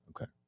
Okay